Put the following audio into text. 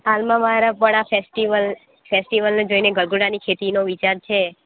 હાલમાં મારા પણ ઘણા ફેસ્ટિવલ ફેસ્ટિવલને જોઈને ગલગોટાની ખેતીનો વિચાર છે